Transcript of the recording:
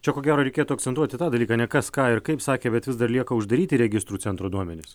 čia ko gero reikėtų akcentuoti tą dalyką ne kas ką ir kaip sakė bet vis dar lieka uždaryti registrų centro duomenys